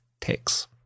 takes